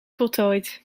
voltooid